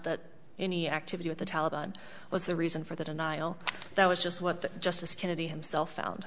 that any activity with the taliban was the reason for that and i o that was just what the justice kennedy himself found